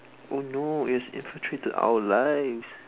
oh no it has infiltrated our lives